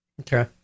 Okay